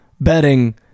betting